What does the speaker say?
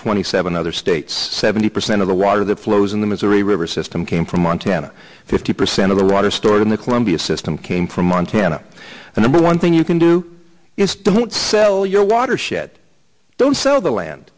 twenty seven other states seventy percent of the water that flows in the missouri river system came from montana fifty percent of the water stored in the columbia system came from montana the number one thing you can do is don't sell your watershed don't sell the land